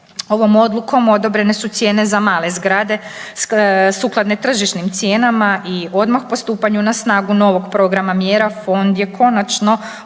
Ovom odlukom odobrene su cijene za male zgrade sukladne tržišnim cijenama i odmah po stupanju na snagu novog programa mjera fond je konačno mogao